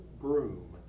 Broom